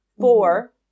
Four